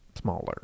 smaller